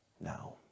now